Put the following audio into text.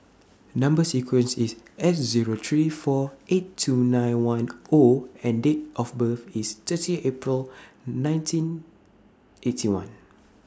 Number sequence IS S Zero three four eight two nine one O and Date of birth IS thirty April nineteen Eighty One